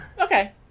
okay